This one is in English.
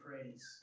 praise